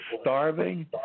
starving